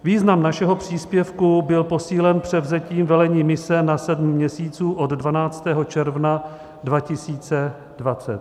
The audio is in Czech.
Význam našeho příspěvku byl posílen převzetím velení mise na sedm měsíců od 12. června 2020.